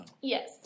Yes